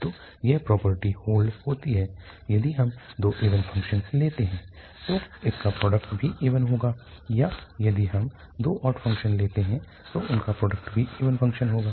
तो यह property hold होती है यदि हम दो इवन फ़ंक्शन लेते हैं तो उनका प्रोडक्ट भी इवन होगा या यदि हम दो ऑड फ़ंक्शन लेते हैं तो उनका प्रोडक्ट भी इवन फ़ंक्शन होगा